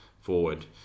forward